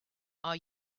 are